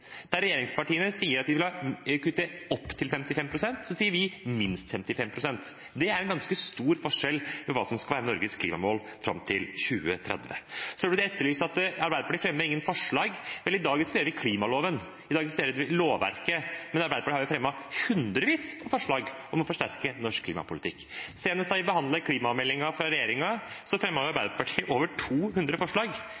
Der regjeringspartiene sier at de vil kutte opp til 55 pst., sier vi «minst 55 pst.». Det er en ganske stor forskjell i hva som skal være Norges klimamål fram til 2030. Så etterlyses det at Arbeiderpartiet fremmer flere forslag. Vel, i dag diskuterer vi klimaloven og lovverket, men Arbeiderpartiet har jo fremmet hundrevis av forslag om å forsterke norsk klimapolitikk. Senest da vi behandlet klimameldingen fra